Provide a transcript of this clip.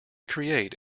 create